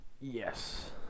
Yes